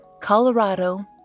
Colorado